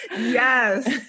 Yes